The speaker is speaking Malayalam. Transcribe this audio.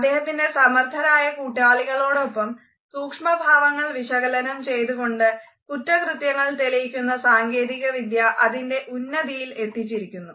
അഹ്ദേഹത്തിൻ്റെ സമർത്ഥരായ കൂട്ടാളികളോടൊപ്പം സൂക്ഷ്മഭാവങ്ങൾ വിശകലനം ചെയ്തുകൊണ്ട് കുറ്റകൃത്യങ്ങൾ തെളിയിക്കുന്ന സാങ്കേതിക വിദ്യ അതിൻ്റെ ഉന്നതിയിൽ എത്തിച്ചിരിക്കുന്നു